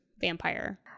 vampire